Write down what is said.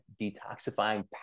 detoxifying